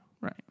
Right